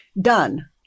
done